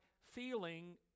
feeling